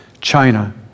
China